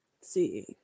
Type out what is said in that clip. See